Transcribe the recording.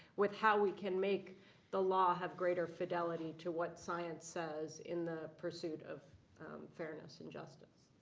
with how we can make the law have greater fidelity to what science says in the pursuit of fairness and justice.